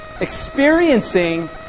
experiencing